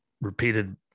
repeated